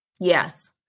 Yes